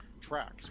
tracks